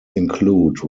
include